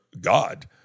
God